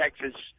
Texas